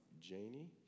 Janie